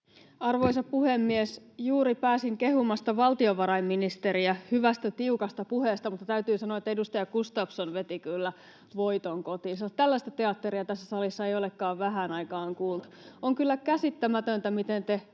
Arvoisa puhemies! Juuri pääsin kehumasta valtiovarainministeriä hyvästä, tiukasta puheesta, mutta täytyy sanoa, että edustaja Gustafsson veti kyllä voiton kotiin. Tällaista teatteria tässä salissa ei olekaan vähään aikaan kuultu. [Antti Lindtman: Faktoja!] On kyllä käsittämätöntä, miten te